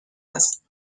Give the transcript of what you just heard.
است